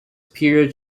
period